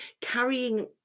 carrying